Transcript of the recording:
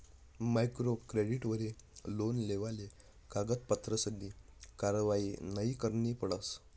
micro क्रेडिटवरी loan लेवाले कागदपत्रसनी कारवायी नयी करणी पडस